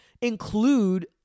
include